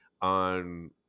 on